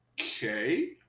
Okay